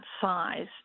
size